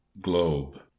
globe